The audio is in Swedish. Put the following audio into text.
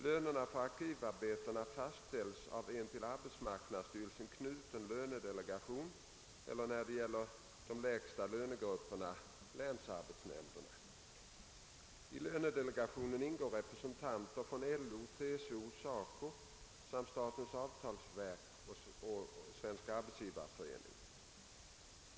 Lönerna för arkivarbetarna fastställs av en till arbetsmarknadsstyrelsen knuten lönedelegation eller, när det gäller de lägsta lönegrupperna, länsarbetsnämnderna. I lönedelegationen ingår representanter från LO, TCO, SACO samt statens avtalsverk och SAF.